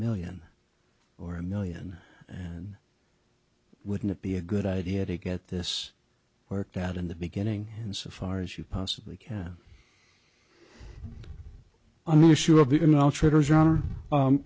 million or a million and wouldn't it be a good idea to get this worked out in the beginning insofar as you possibly can on the issue of